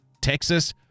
Texas